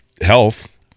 health